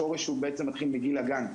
השורש מתחיל בגיל הגן.